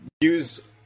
use